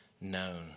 known